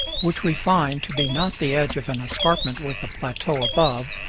which we find to be not the edge of an escarpment with a plateau above,